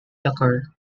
occur